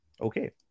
okay